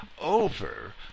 over